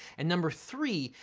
and number three,